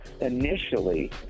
Initially